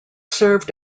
served